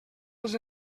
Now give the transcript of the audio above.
els